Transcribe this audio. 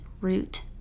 root